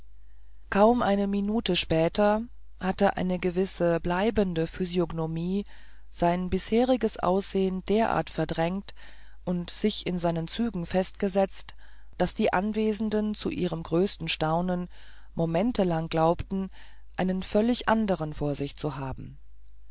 kaum eine minute später hatte eine gewisse bleibende physiognomie sein bisheriges aussehen derart verdrängt und sich in seinen zügen festgesetzt daß die anwesenden zu ihrem größten staunen momentelang glaubten einen völlig anderen vor sich zu haben